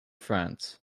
france